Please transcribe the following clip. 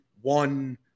one